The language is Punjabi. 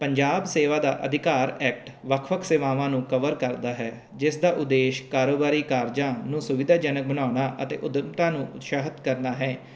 ਪੰਜਾਬ ਸੇਵਾ ਦਾ ਅਧਿਕਾਰ ਐਕਟ ਵੱਖ ਵੱਖ ਸੇਵਾਵਾਂ ਨੂੰ ਕਵਰ ਕਰਦਾ ਹੈ ਜਿਸ ਦਾ ਉਦੇਸ਼ ਕਾਰੋਬਾਰੀ ਕਾਰਜਾਂ ਨੂੰ ਸੁਵਿਧਾਜਨਕ ਬਣਾਉਣਾ ਅਤੇ ਉੱਦਮਤਾ ਨੂੰ ਉਤਸਾਹਿਤ ਕਰਨਾ ਹੈ